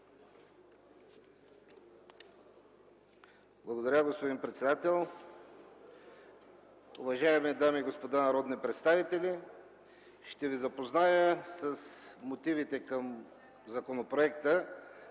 Благодаря, господин председател. Уважаеми дами и господа народни представители, ще Ви запозная с мотивите към Законопроекта